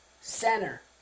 Center